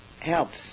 helps